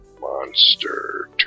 monster